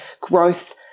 growth